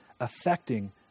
affecting